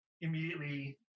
immediately